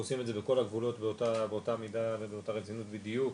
אנחנו עושים את זה בכל הגבולות באותה מידה ובאותה רצינות בדיוק.